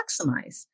maximize